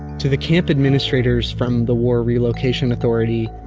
to the camp administrators from the war relocation authority,